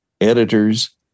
editors